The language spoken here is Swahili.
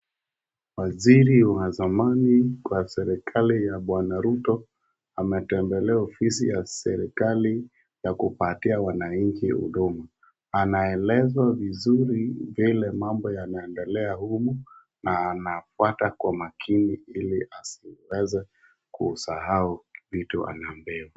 Waziri wa zamani kwa serikali ya bwana Ruto ametembelea ofisi ya serikali na kupatia wananchi huduma. Anaelezwa vizuri vile mambo yanaendelea humu na anafuata kwa makini ili asiweze kusahau vitu anaambiwa.